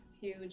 huge